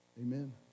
Amen